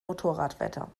motorradwetter